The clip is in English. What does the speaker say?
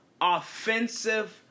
offensive